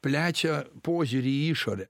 plečia požiūrį į išorę